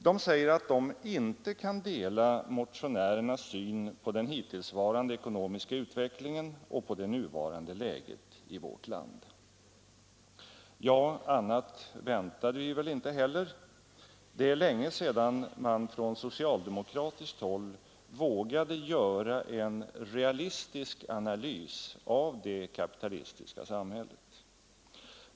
De säger att de inte kan ”dela motionärernas syn på den hittillsvarande ekonomiska utvecklingen och på det nuvarande läget i vårt land”. Ja, annat väntade vi väl inte heller. Det är länge sedan man från socialdemokratiskt håll vågade göra en realistisk analys av det kapitalistiska samhället.